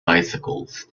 bicycles